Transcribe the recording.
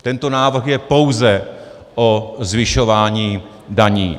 Tento návrh je pouze o zvyšování daní.